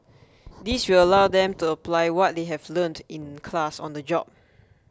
this will allow them to apply what they have learnt in class on the job